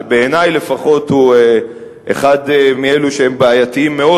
שבעיני לפחות הוא אחד מאלו שהם בעייתיים מאוד